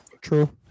True